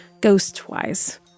ghost-wise